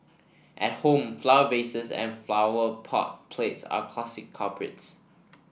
at home flower vases and flower pot plates are classic culprits